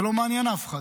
זה לא מעניין אף אחד.